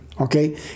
okay